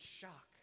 shock